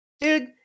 Dude